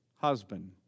husband